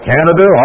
Canada